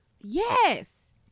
Yes